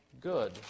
good